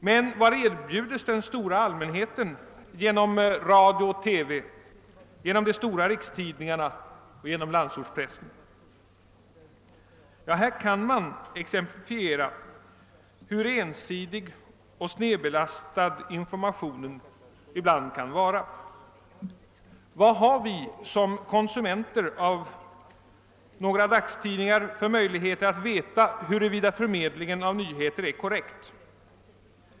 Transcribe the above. Men vad erbjudes den stora allmänheten genom radio och TV, genom de stora rikstidningarna och genom landsortspressen? Man kan ge exempel på hur ensidig och snedbelastad informationen ibland kan vara. Vad har vi som konsumenter av några dagstidningar för möjligheter att få veta, huruvida förmedlingen av nyheter är korrekt?